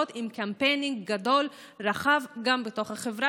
עם קמפיין גדול ורחב גם בתוך החברה.